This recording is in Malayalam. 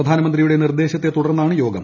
പ്രധാനമന്ത്രിയുടെ നിർദേശത്തെ തുടർന്നാണ് യോഗം